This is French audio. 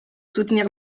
soutenir